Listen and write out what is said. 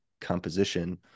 composition